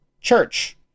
church